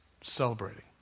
celebrating